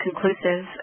conclusive